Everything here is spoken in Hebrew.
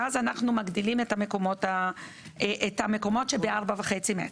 ואז אנחנו מגדילים את המקומות שב-4.5 מטר.